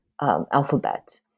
alphabet